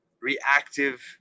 reactive